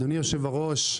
אדוני יושב הראש,